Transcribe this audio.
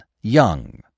young